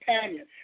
companion